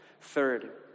Third